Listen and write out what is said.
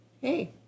Hey